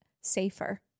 safer